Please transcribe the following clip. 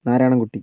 Narayanan Kutty